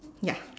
ya